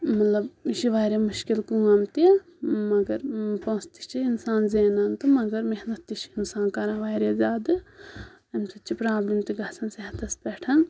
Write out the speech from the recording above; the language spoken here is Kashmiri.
مطلب یہِ چھُ واریاہ مُشکِل کٲم تہِ مَگر پونسہٕ تہِ چھ اِنسان زینان تہٕ مَگر محنت تہِ چھُ اِنسان کَران واریاہ زیادٕ امہِ سۭتۍ چھُ پرابلِم تہِ گَژھان صحتَس پؠٹھ